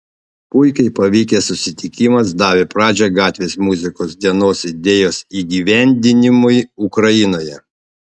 puikiai pavykęs susitikimas davė pradžią gatvės muzikos dienos idėjos įgyvendinimui ukrainoje